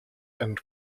and